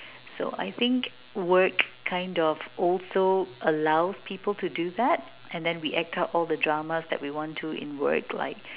so I think work kind of also allows people to do that and then we act out all the drama that we want to in work like